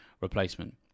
replacement